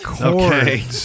Okay